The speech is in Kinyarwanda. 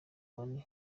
bane